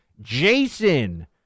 Jason